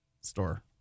store